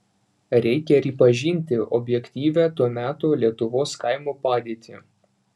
reikia ripažinti objektyvią to meto lietuvos kaimo padėtį